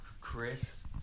Chris